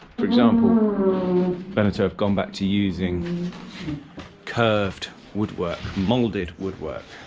for example beneteau have gone back to using curved woodwork, molded woodwork,